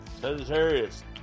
Sagittarius